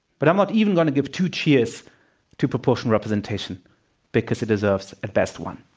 but i'm not even going to give two cheers to proportional representation because it deserves a best one.